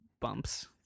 bumps